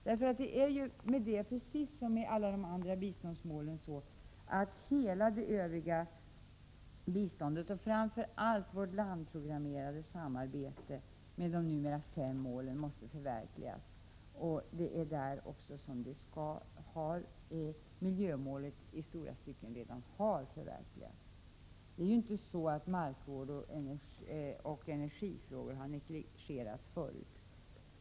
Det är ju med miljömålet, precis som med alla de andra biståndsmålen, att hela biståndet och framför allt vårt landprogrammerade samarbete — med de numera fem målen — måste förverkligas. Miljömålet har också i stora stycken redan förverkligats. Markvård och energifrågor har inte negligerats förut.